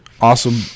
Awesome